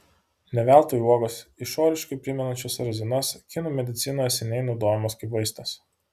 ne veltui uogos išoriškai primenančios razinas kinų medicinoje seniai naudojamos kaip vaistas